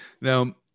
Now